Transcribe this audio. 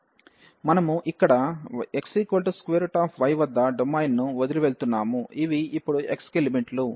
మనము ఇక్కడ xy వద్ద డొమైన్ను వదిలివెళ్తున్నాము ఇవి ఇప్పుడు x కి లిమిట్లు